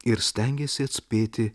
ir stengėsi atspėti